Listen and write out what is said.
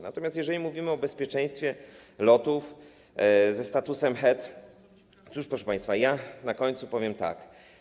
Natomiast jeżeli mówimy o bezpieczeństwie lotów ze statusem HEAD, proszę państwa, na koniec powiem tak.